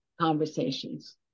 conversations